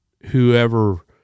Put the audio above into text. whoever –